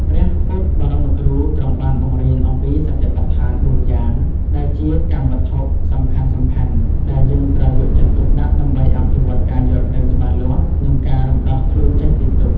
ព្រះពុទ្ធបរមគ្រូទ្រង់បានបង្រៀនអំពីសតិប្បដ្ឋាន ៤ យ៉ាង ដែលជាកម្មវត្ថុសំខាន់ៗដែលយើងត្រូវយកចិត្តទុកដាក់ដើម្បីអភិវឌ្ឍការយល់ដឹងច្បាស់លាស់ និងការរំដោះខ្លួនចេញពីទុក្ខ។